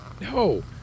No